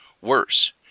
Worse